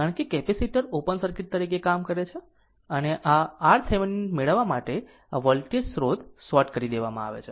કારણ કે capacitor open circuit તરીકે કામ કરે છે અને આ RThevenin મેળવવા માટે આ વોલ્ટેજ સ્રોત શોર્ટ કરી દેવામાં આવશે